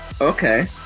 Okay